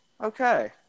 Okay